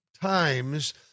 times